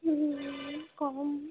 হুম কম